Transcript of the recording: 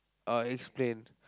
uh explain